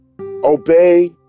obey